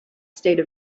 state